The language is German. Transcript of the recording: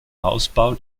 ausbau